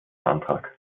antrag